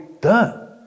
done